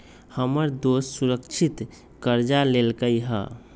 हमर दोस सुरक्षित करजा लेलकै ह